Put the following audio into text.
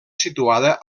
situada